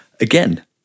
again